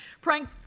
prank